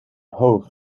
hoog